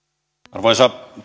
arvoisa